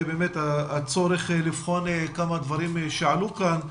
באמת הצורך לבחון כמה דברים שעלו כאן.